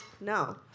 No